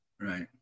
Right